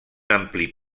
ampli